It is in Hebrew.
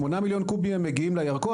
שמונה מיליון קוב מגיעים לירקון,